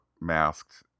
masked